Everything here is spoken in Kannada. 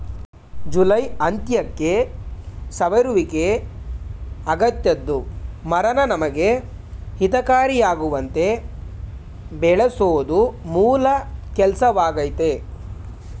ಜುಲೈ ಅಂತ್ಯಕ್ಕೆ ಸವರುವಿಕೆ ಅಗತ್ಯದ್ದು ಮರನ ನಮಗೆ ಹಿತಕಾರಿಯಾಗುವಂತೆ ಬೆಳೆಸೋದು ಮೂಲ ಕೆಲ್ಸವಾಗಯ್ತೆ